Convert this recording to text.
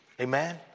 Amen